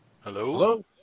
hello